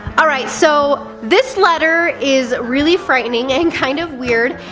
alright, so, this letter is really frightening, and kind of weird,